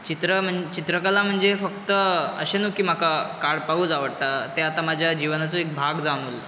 चित्रां म्ह चित्रकला म्हणजे फक्त अशें नू की म्हाका काडपाकूच आवडटा तें आतां म्हज्या जिवनाचो एक भाग जावन उरला